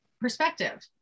perspective